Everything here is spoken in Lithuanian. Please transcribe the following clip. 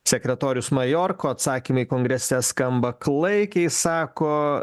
sekretorius majorko atsakymai kongrese skamba klaikiai sako